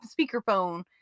speakerphone